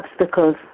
obstacles